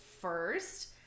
first